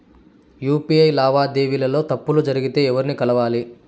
UPI లావాదేవీల లో తప్పులు జరిగితే ఎవర్ని కలవాలి?